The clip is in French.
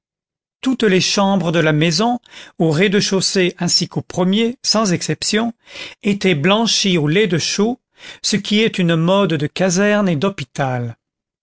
toutes les chambres de la maison au rez-de-chaussée ainsi qu'au premier sans exception étaient blanchies au lait de chaux ce qui est une mode de caserne et d'hôpital